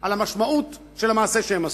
על המשמעות של המעשה שהם עשו.